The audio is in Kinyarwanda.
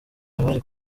abari